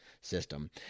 System